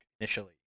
initially